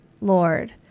Lord